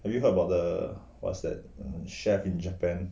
have you heard about the what's that chef in japan